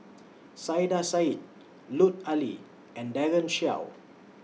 Saiedah Said Lut Ali and Daren Shiau